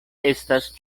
estas